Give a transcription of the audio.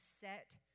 set